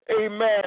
amen